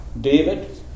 David